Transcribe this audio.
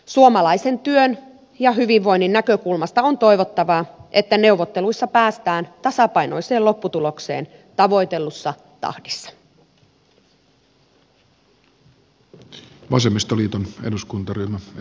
suomalaisen työn ja hyvinvoinnin näkökulmasta on toivottavaa että neuvotteluissa päästään tasapainoiseen lopputulokseen tavoitellussa tahdissa